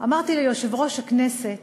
אמרתי ליושב-ראש הכנסת